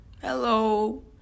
Hello